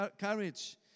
courage